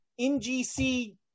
NGC